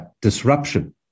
disruption